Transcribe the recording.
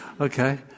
Okay